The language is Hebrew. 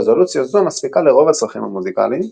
רזולוציה זו מספיקה לרוב הצרכים המוזיקליים,